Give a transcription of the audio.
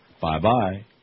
Bye-bye